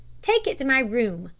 take it to my room,